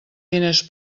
diners